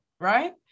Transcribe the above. right